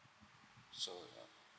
so ya